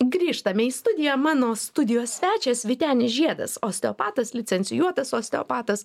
grįžtame į studiją mano studijos svečias vytenis žiedas osteopatas licencijuotas osteopatas